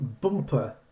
bumper